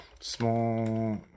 Small